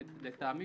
לטעמי,